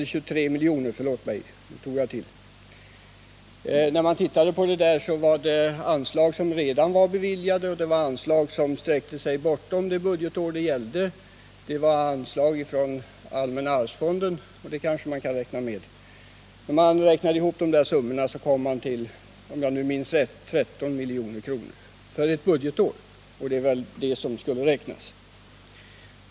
Men när vi granskade beräkningarna fann vi att det var anslag som redan var beviljade och anslag som sträckte sig bortom det budgetår det gällde. Det var också anslag från allmänna arvsfonden — men de kanske man kan räkna med. När vi räknade ihop beloppen fick vi, om jag minns rätt, en summa på 13 miljoner för ett budgetår — och det var väl det som skulle räknas.